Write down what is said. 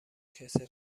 کسل